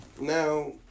now